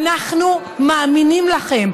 אנחנו מאמינים לכם.